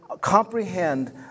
comprehend